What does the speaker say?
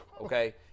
Okay